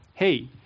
hey